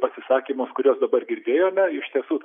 pasisakymus kuriuos dabar girdėjome iš tiesų